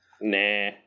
nah